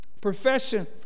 profession